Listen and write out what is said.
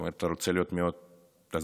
אני רוצה להיות מאוד זהיר,